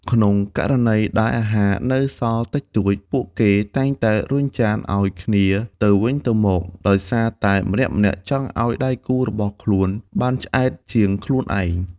ក្នុងករណីដែលអាហារនៅសល់តិចតួច ពួកគេតែងតែរុញចានឱ្យគ្នាទៅវិញទៅមក ដោយសារតែម្នាក់ៗចង់ឱ្យដៃគូរបស់ខ្លួនបានឆ្អែតជាងខ្លួនឯង។